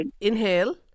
inhale